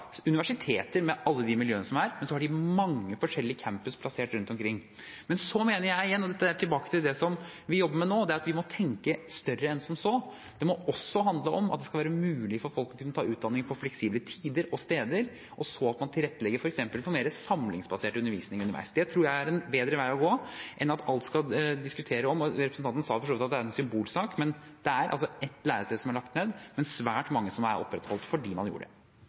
de mange forskjellige campuser plassert rundt omkring. Men jeg mener – og dette er tilbake til det vi jobber med nå – at vi må tenke større enn som så. Det må også handle om at det skal være mulig for folk å kunne ta utdanning på fleksible tider og steder, og at man tilrettelegger for f.eks. mer samlingsbasert undervisning underveis. Det tror jeg er en bedre vei å gå enn at alt skal diskuteres. Representanten sa for så vidt at det er en symbolsak, men det er altså ett lærested som er lagt ned, og svært mange som er opprettholdt fordi man gjorde det.